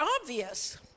obvious